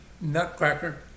Nutcracker